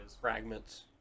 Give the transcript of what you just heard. fragments